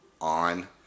on